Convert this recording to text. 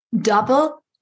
Double